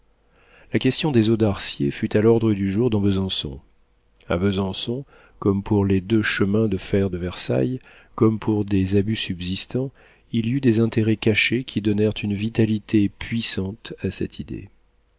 la question des eaux d'arcier fut à l'ordre du jour dans besançon a besançon comme pour les deux chemins de fer de versailles comme pour des abus subsistants il y eut des intérêts cachés qui donnèrent une vitalité puissante à cette idée